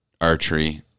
archery